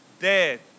dead